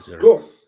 Cool